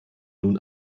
nun